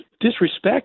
disrespect